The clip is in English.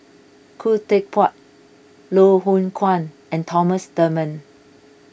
Khoo Teck Puat Loh Hoong Kwan and Thomas Dunman